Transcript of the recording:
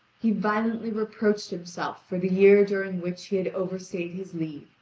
he violently reproached himself for the year during which he had overstayed his leave,